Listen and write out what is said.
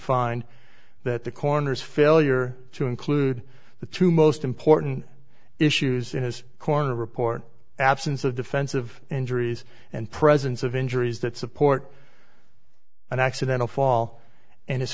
find that the coroner's failure to include the two most important issues in his corner report absence of defensive injuries and presence of injuries that support an accidental fall and his